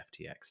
FTX